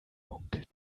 munkelt